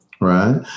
right